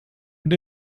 und